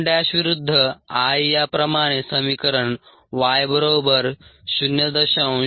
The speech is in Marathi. Km' विरुद्ध I या प्रमाणे समीकरण y 0